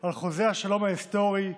על חוזה השלום ההיסטורי,